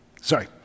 Sorry